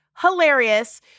hilarious